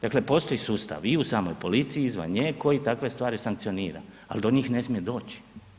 Dakle, postoji sustav i u samoj policiji i izvan nje koje takve stvari sankcionira, ali do njih ne smije doći.